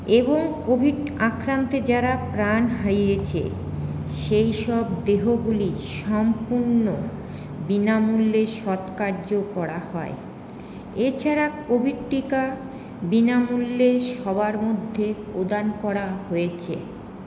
এবং কোভিড আক্রান্তে যারা প্রাণ হারিয়েছে সেইসব দেহগুলি সম্পূর্ণ বিনামূল্যে সৎকার্য করা হয় এছাড়া কোভিড টীকা বিনামূল্যে সবার মধ্যে প্রদান করা হয়েছে